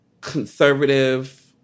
conservative